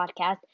podcast